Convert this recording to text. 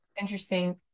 interesting